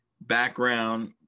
Background